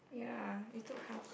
ya it took half time